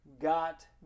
got